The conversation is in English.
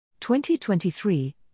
2023